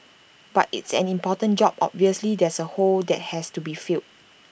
but it's an important job obviously there's A hole that has to be filled